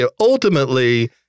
Ultimately